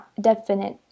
definite